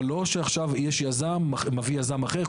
אבל לא שעכשיו יש יזם שמביא יזם אחר,